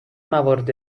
موارد